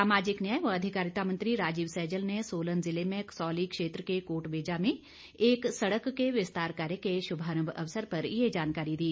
सामाजिक न्याय व अधिकारिता मंत्री राजीव सहजल ने सोलन जिले में कसौली क्षेत्र के कोटबेजा में एक सड़क के विस्तार कार्य के शुभारंभ अवसर पर ये जानकारी दी